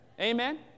Amen